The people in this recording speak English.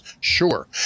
sure